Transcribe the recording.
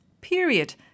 period